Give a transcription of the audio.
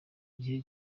gihe